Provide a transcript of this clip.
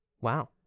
Wow